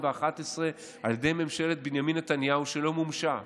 על ידי ממשלת בנימין נתניהו שלא מומשה.